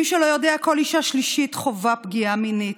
מי שלא יודע, כל אישה שלישית חווה פגיעה מינית.